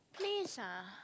place ah